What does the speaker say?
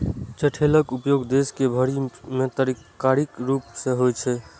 चठैलक उपयोग देश भरि मे तरकारीक रूप मे होइ छै